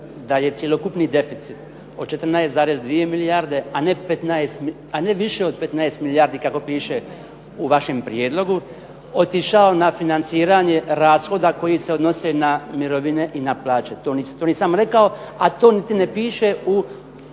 da je cjelokupni deficit od 14,2 milijarde a ne više od 15 milijardi kako piše u vašem prijedlogu, otišao na financiranje rashoda koji se odnose na mirovine i na plaće. To nisam rekao, a to niti ne piše u